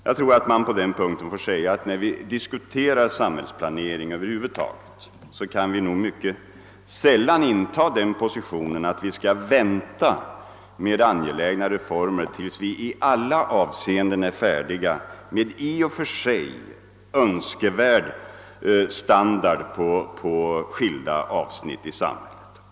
Jag tror att man på den punkten får säga att när vi diskuterar samhällsplanering över huvud taget kan vi nog mycket sällan inta den positionen, att vi skall vänta med angelägna reformer tills vi i alla avseenden är färdiga med i och för sig önskvärd standard på skilda områden.